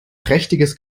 prächtiges